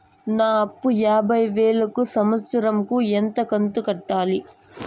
నా అప్పు యాభై వేలు కు సంవత్సరం కు ఎంత కంతు కట్టాలి?